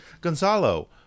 Gonzalo